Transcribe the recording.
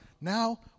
Now